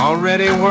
Already